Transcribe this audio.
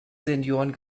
senioren